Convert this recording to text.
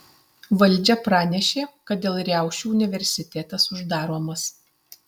valdžia pranešė kad dėl riaušių universitetas uždaromas